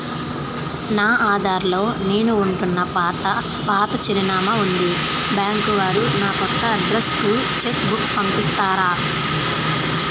నా ఆధార్ లో నేను ఉంటున్న పాత చిరునామా వుంది బ్యాంకు వారు నా కొత్త అడ్రెస్ కు చెక్ బుక్ పంపిస్తారా?